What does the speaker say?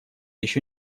еще